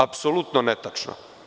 Apsolutno netačno.